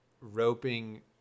roping